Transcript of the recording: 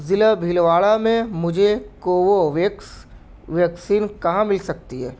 ضلع بھلواڑہ میں مجھے کوووویکس ویکسین کہاں مل سکتی ہے